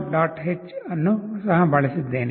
h ಅನ್ನು ಸಹ ಬಳಸಿದ್ದೇನೆ